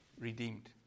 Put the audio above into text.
redeemed